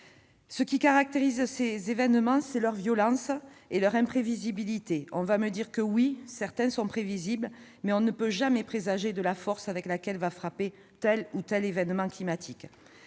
se caractérisent par leur violence et leur imprévisibilité. On m'opposera que certains sont prévisibles, mais l'on ne peut jamais présager de la force avec laquelle frappera tel ou tel événement climatique.